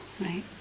right